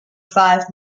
five